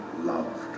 loved